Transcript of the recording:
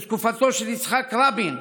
בתקופתו של יצחק רבין,